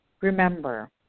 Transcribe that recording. remember